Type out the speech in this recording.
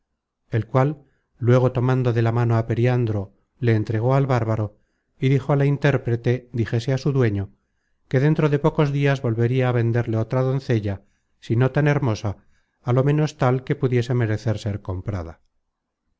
el cual luego tomando de la mano á periandro le entregó al bárbaro y dijo a la intérprete dijese á su dueño que dentro de pocos dias volveria á venderle otra doncella si no tan hermosa á lo menos tal que pudiese merecer ser comprada